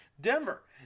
Denver